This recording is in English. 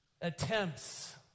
attempts